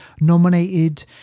nominated